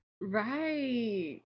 Right